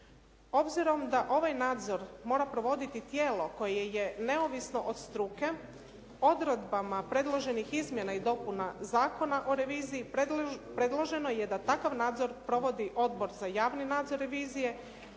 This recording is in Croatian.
Obzirom da ovaj nadzor mora provoditi tijelo koje je neovisno od struke, odredbama predloženih izmjena i dopuna Zakona o reviziji predloženo je da takav nadzor provodi Odbor za javni nadzor revizije